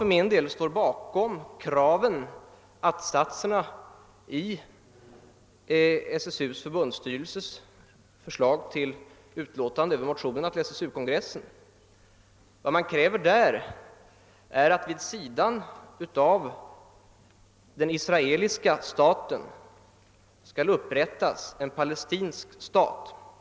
För min del står jag bakom kraven, att-satserna, i SSU:s förbundsstyrelses förslag till utlåtande över motionerna till SSU-kongressen. I detta förslag krävs att det vid sidan av den israeliska staten skall upprättas en palestinsk stat.